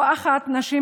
לא אחת נשים,